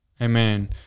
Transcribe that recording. Amen